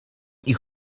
ich